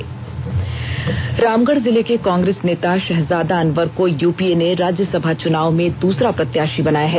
राज्यसभा चुनाव रामगढ़ जिले के कांग्रेस नेता षहजादा अनवर को यूपीए ने राज्यसभा चुनाव में दूसरा प्रत्याषी बनाया है